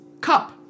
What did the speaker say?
cup